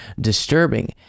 disturbing